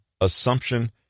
assumption